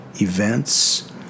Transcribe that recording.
events